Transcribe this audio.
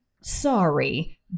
sorry